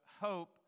hope